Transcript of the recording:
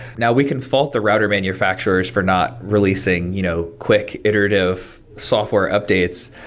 now we can fault the router manufacturers for not releasing you know quick iterative software updates,